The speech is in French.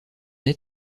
net